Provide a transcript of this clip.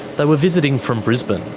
but were visiting from brisbane,